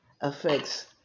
affects